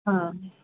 हँ